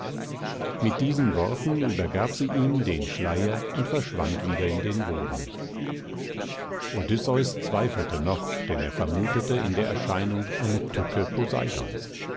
mit diesen worten übergab sie ihm den schleier und verschwand wieder in den wogen odysseus zweifelte noch denn er vermutete in der erscheinung eine tücke